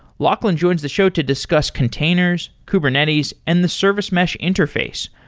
lachlan joins the show to discuss containers, kubernetes and the service mesh interface,